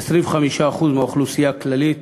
25% מהאוכלוסייה הכללית